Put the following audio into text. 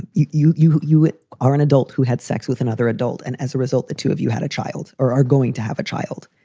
you. you you are an adult who had sex with another adult. and as a result, the two of you had a child or are going to have a child.